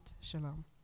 shalom